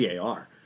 CAR